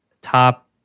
top